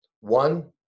one